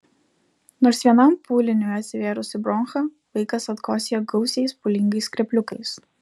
nors vienam pūliniui atsivėrus į bronchą vaikas atkosėja gausiais pūlingais skrepliukais